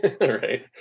Right